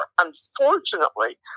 Unfortunately